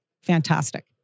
Fantastic